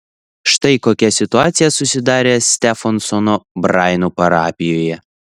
štai kokia situacija susidarė stefensono braino parapijoje